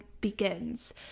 begins